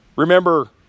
Remember